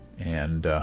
and